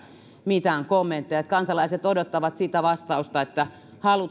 mitään kommenttia kansalaiset odottavat vastausta haluammeko